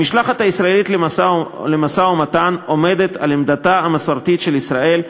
המשלחת הישראלית למשא-ומתן עומדת על עמדתה המסורתית של ישראל,